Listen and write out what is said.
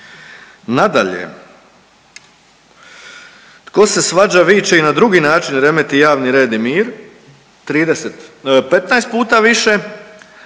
Nadalje, tko se svađa, viče i na drugi način remeti javni red i mir 30, 15 puta više,